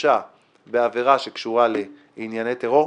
תורשע בעבירה שקשורה לענייני טרור,